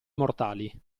mortali